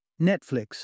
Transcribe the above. Netflix